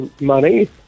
money